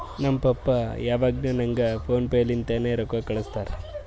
ನಮ್ ಪಪ್ಪಾ ಯಾವಾಗ್ನು ನಂಗ್ ಫೋನ್ ಪೇ ಲಿಂತೆ ರೊಕ್ಕಾ ಕಳ್ಸುತ್ತಾರ್